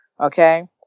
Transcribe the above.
Okay